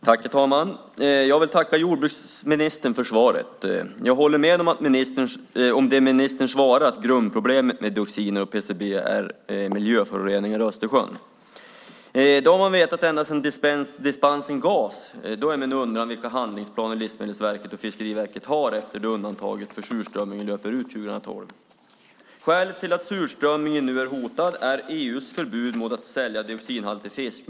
Herr talman! Jag vill tacka jordbruksministern för svaret. Jag håller med om det ministern svarat, att grundproblemet med dioxiner och PCB:er är miljöföroreningar i Östersjön. Det har man vetat ända sedan dispensen gavs, och då är min undran vilka handlingsplaner Livsmedelsverket och Fiskeriverket har efter att undantaget för surströmmingen löper ut 2012. Skälet till att surströmmingen nu är hotad är EU:s förbud mot att sälja dioxinhaltig fisk.